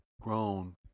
grown